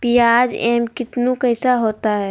प्याज एम कितनु कैसा होता है?